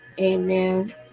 amen